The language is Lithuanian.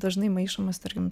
dažnai maišomas tarkim